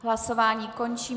Hlasování končím.